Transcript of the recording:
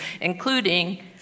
including